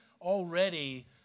already